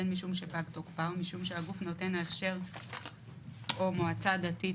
בין משום שפג תוקפה או משום שהגוף נותן ההכשר או מועצה דתית